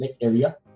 area